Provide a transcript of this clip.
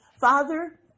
Father